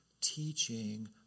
teaching